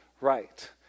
right